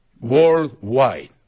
worldwide